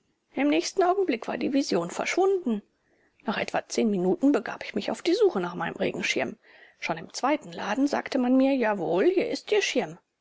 im nächsten augenblick war die vision verschwunden nach etwa zehn minuten begab ich mich auf die suche nach meinem regenschirm schon im zweiten laden sagte man mir jawohl hier ist ihr schirm